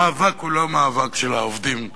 המאבק הוא לא מאבק של העובדים הסוציאליים,